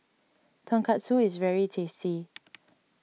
Tonkatsu is very tasty